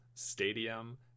stadium